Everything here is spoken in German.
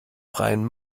freien